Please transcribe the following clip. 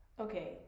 okay